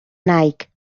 nike